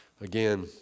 Again